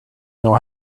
know